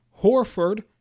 Horford